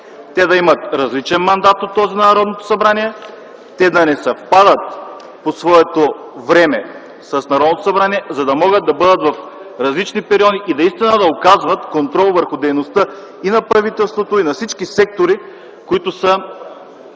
те да имат различен мандат от този на Народното събрание, те да не съвпадат по своето време с Народното събрание, за да могат да бъдат в различни периоди и наистина да оказват контрол върху дейността и на правителството, и на всички сектори, които са